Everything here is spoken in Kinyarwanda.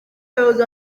abayobozi